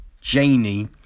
Janie